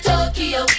Tokyo